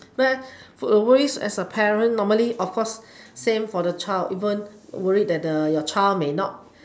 first worry as a parent normally of course same for the child even worried that your child may not